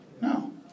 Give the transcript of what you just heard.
No